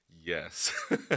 Yes